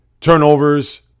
turnovers